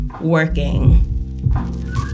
working